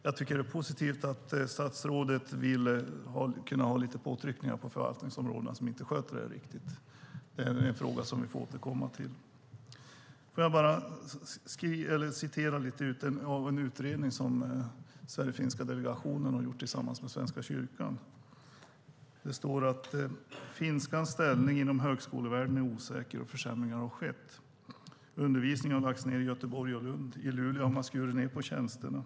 Jag tycker att det är positivt att statsrådet vill kunna ha lite påtryckningar på de förvaltningsområden som inte sköter detta riktigt. Det är en fråga som vi får återkomma till. Jag vill citera lite från en utredning som Sverigefinländarnas delegation har gjort tillsammans med Svenska kyrkan. Det står: "Finskans ställning inom högskolevärlden är osäker och försämringar har skett. Undervisningen har lagts ned i Göteborg och Lund. I Luleå har man skurit ned på tjänsterna.